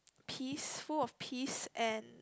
peace full of peace and